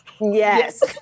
Yes